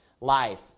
life